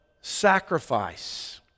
sacrifice